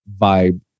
vibe